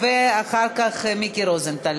ואחר כך מיקי רוזנטל.